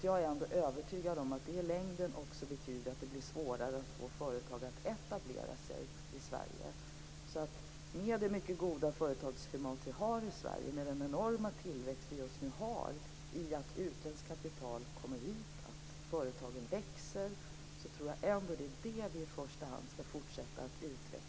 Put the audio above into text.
Jag är ändå övertygad om att det i längden betyder att det blir svårare att få företag att etablera sig i Sverige. Med det mycket goda företagsklimatet i Sverige med den enorma tillväxt vi nu har i och med att utländskt kapital kommer hit och företagen växer tror jag ändå att det är det vi i första hand skall fortsätta att utveckla.